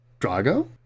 Drago